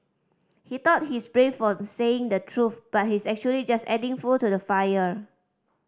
he thought he's brave for saying the truth but he's actually just adding fuel to the fire